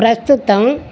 ప్రస్తుతం